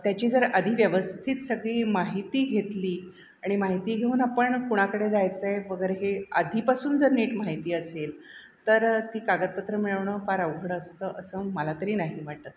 त्याची जर आधी व्यवस्थित सगळी माहिती घेतली आणि माहिती घेऊन आपण कुणाकडे जायचं आहे वगैरे हे आधीपासून जर नीट माहिती असेल तर ती कागदपत्र मिळवणं फार अवघड असतं असं मला तरी नाही वाटत